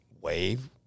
wave